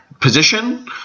position